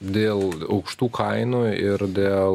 dėl aukštų kainų ir dėl